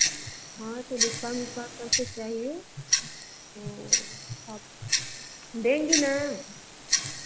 हाँ discount discount भी चाहिए तो आप देंगी ना